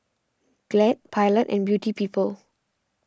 Glad Pilot and Beauty People